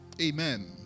Amen